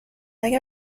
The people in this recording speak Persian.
اگه